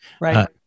Right